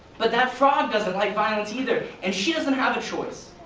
but that frog doesn't like violence either, and she doesn't have a choice.